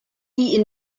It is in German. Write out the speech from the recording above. die